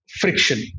friction